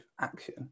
action